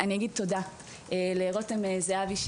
אני אגיד תודה לרותם זהבי,